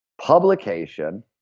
publication